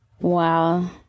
wow